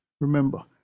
Remember